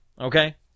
Okay